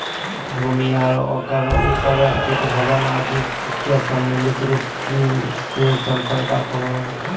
भूमि आर ओकर उपर स्थित भवन आदि के सम्मिलित रूप से सम्पदा कहो हइ